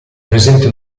presente